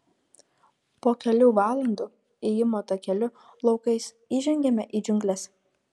po kelių valandų ėjimo takeliu laukais įžengiame į džiungles